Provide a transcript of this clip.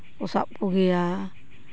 ᱥᱟᱵ ᱠᱚᱜᱮᱭᱟ